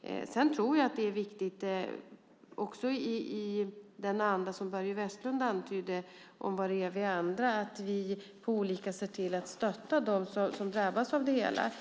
Det är viktigt, i den anda som Börje Vestlund antydde om var vi andra är, att vi på olika sätt ser till att stötta dem som drabbas av det hela.